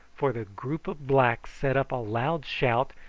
for the group of blacks set up a loud shout,